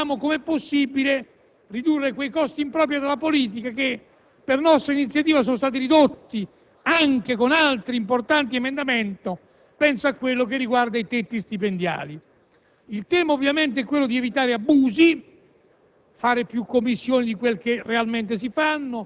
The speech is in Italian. ma, ovviamente, qui ed oggi, bisogna vedere come è possibile ridurre i costi impropri della politica, che per nostra iniziativa sono stati ridotti anche con altri importanti emendamenti, per esempio quello che riguarda i tetti stipendiali. Il tema è quello di evitare abusi,